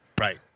Right